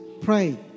pray